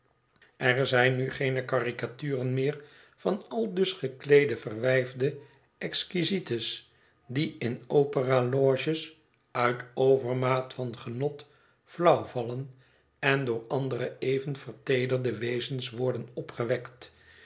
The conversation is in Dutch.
er zijn nu geene caricaturen meer van aldus gekleede verwijfde exquisites die in opera loges uit overmaat van genot flauwvallen en door andere even verteederde wezens worden opgewekt